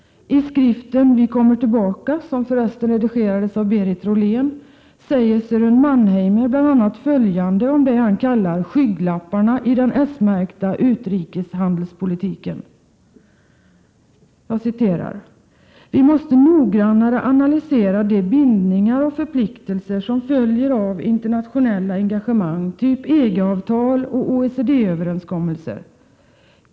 I skriften ”Vi kommer tillbaka”, som för resten redigerades av Berit Rollén, säger Sören Mannheimer bl.a. följande om det han kallar ”skygglapparna” i den s-märkta utrikeshandelspolitiken: ”Vi måste noggrannare analysera de bindningar och förpliktelser som följer av internationella engagemang typ EG-avtal och OECD-överenskommelser.